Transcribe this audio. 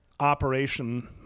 operation